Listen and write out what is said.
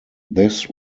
this